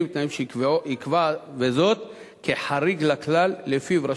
הינה סוגיה שעלתה כחלק מלקחי מלחמת לבנון השנייה.